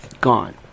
gone